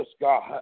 God